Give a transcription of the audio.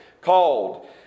called